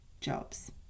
jobs